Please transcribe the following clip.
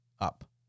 up